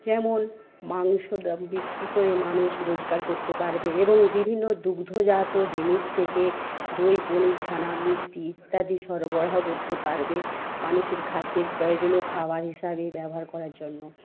যেমন মাংস বিক্রি করে মানুষ রোজগার করতে পারবে এবং বিভিন্ন দুগ্ধজাত জিনিস থেকে দই পনির ছানা মিষ্টি ইত্যাদি সরবরাহ করতে পারবে মানুষের খাদ্যের প্রয়োজনীয় খাবার হিসাবে ব্যবহার করার জন্য